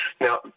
Now